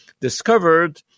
discovered